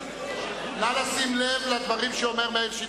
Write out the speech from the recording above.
נא לשים לב לדברים שאומר מאיר שטרית.